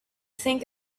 think